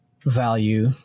value